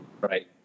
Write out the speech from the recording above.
Right